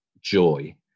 joy